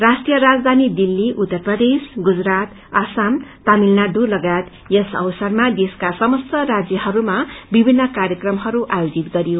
राष्ट्रिय राजघानी दिल्ती उत्तर प्रदेश गुजरात असम तामिलनाडु लगायत यस अवसरमा देशका समस्त राज्यहरूमा विभिन्न कार्यक्रमहरू आयोजित गरियो